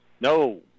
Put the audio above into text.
No